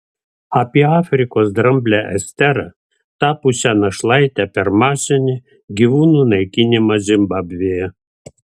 apie afrikos dramblę esterą tapusią našlaite per masinį gyvūnų naikinimą zimbabvėje